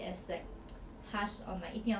for your own safety even though it's not like